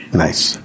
nice